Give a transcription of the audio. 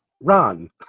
run